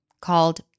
called